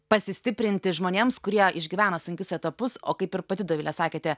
pasistiprinti žmonėms kurie išgyvena sunkius etapus o kaip ir pati dovile sakėte